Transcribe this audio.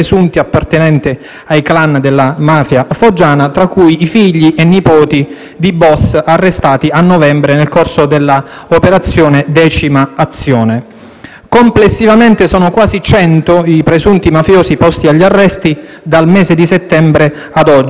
di *boss* arrestati a novembre nel corso della operazione Decima Azione. Complessivamente sono quasi 100 i presunti mafiosi posti agli arresti dal mese di settembre ad oggi e, quindi, questo grandissimo risultato investigativo è il segno tangibile